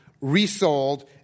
resold